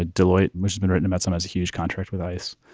ah deloitte, which has been written about some as a huge contract with ice.